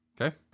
Okay